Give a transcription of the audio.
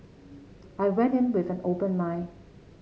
I went in with an open mind